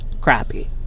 crappy